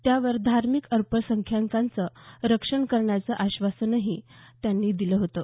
त्यावर धार्मिक अल्पसंख्याकांचं रक्षण करण्याचं आश्वासनही त्यांनी दिलं होतं